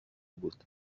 بود